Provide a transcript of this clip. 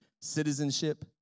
citizenship